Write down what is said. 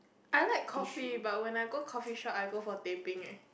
I like coffee but when I go coffeeshop I go for teh peng eh